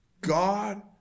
God